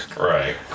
Right